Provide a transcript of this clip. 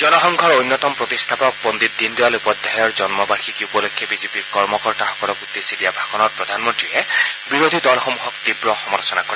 জনসংঘৰ অন্যতম প্ৰতিষ্ঠাপক পণ্ডিত দীনদয়াল উপাধ্যায়ৰ জন্মবাৰ্যিকী উপলক্ষে বিজেপিৰ কৰ্মকৰ্তাসকলক উদ্দেশ্যি দিয়া ভাষণত প্ৰধানমন্ত্ৰীয়ে বিৰোধী দলসমূহক তীৱ সমালোচনা কৰে